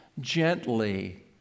gently